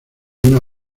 una